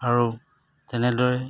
আৰু তেনেদৰে